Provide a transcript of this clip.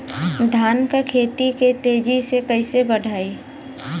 धान क खेती के तेजी से कइसे बढ़ाई?